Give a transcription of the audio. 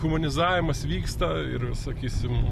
humanizavimas vyksta ir sakysim